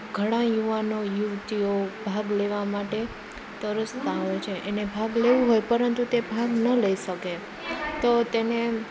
ઘણા યુવાનો યુવતીઓ ભાગ લેવા માટે તરસતા હોય છે એને ભાગ લેવું હોય પરંતુ તે ભાગ ન લઈ શકે તો તેને